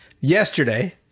yesterday